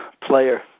player